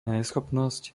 neschopnosť